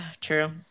True